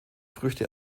früchte